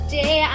day